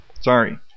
Sorry